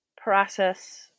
process